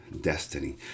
destiny